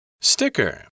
Sticker